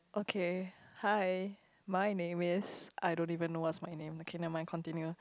okay hi my name is I don't even know what's my name okay never mind continue